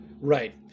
Right